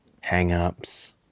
hang-ups